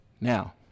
now